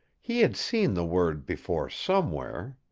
he had seen the word before somewhere.